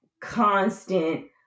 constant